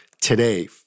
today